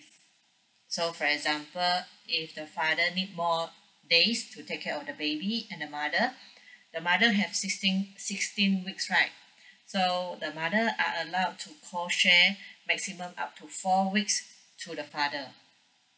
so for example if the father need more days to take care of the baby and the mother the mother have sixteen sixteen weeks right so the mother are allowed to call share maximum up to four weeks to the father